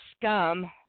Scum